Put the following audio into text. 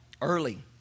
early